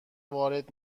وارد